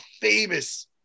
famous